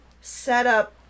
setup